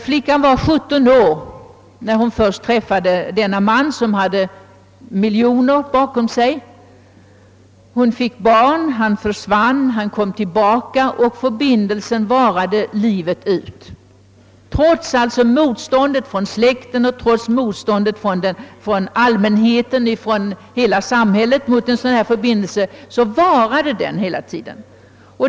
Flickan var 17 år när hon först träffade denne man, som hade miljoner bakom sig. Hon fick barn, han försvann, han kom tillbaka och förbindelsen varade livet ut. Trots motståndet från släkten, från allmänheten och från hela samhället mot en sådan förbindelse varade den verkligen.